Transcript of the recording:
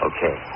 Okay